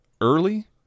early